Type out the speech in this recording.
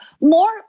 more